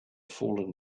fallen